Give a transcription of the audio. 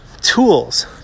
tools